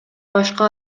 башка